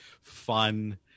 fun